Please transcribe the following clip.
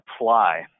apply